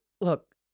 look